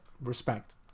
respect